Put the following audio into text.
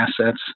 assets